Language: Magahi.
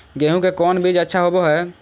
गेंहू के कौन बीज अच्छा होबो हाय?